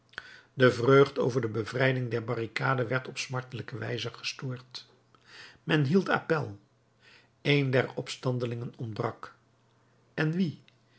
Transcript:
de vreugd over de bevrijding der barricade werd op smartelijke wijze gestoord men hield appèl een der opstandelingen ontbrak en wie